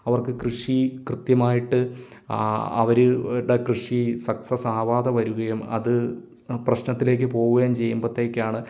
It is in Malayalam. അവർക്ക് കൃഷി കൃത്യമായിട്ട് അവരുടെ കൃഷി സക്സസ് ആവാതെ വരുകയും അത് പ്രശ്നത്തിലേക്ക് പോവുകയും ചെയ്യുമ്പോഴത്തേക്കാണ്